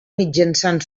mitjançant